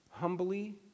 Humbly